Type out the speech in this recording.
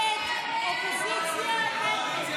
סעיפים 30 31